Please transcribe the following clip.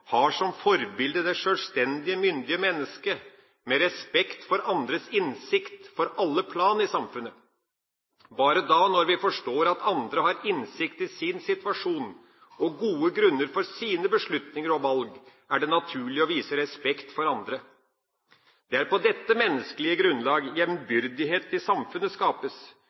har som forbilde det sjølstendige, myndige mennesket med respekt for andres innsikt på alle plan i samfunnet. Bare da, når vi forstår at andre har innsikt i sin situasjon og gode grunner for sine beslutninger og valg, er det naturlig å vise respekt for andre. Det er på dette menneskelige grunnlag jevnbyrdighet i samfunnet skapes,